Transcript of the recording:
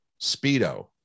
speedo